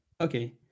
Okay